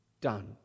done